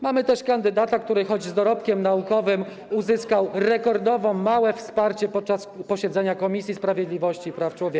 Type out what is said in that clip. Mamy też kandydata, który choć ma dorobek naukowy, uzyskał rekordowo małe wsparcie podczas posiedzenia Komisji Sprawiedliwości i Praw Człowieka.